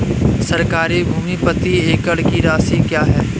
सरकारी भूमि प्रति एकड़ की राशि क्या है?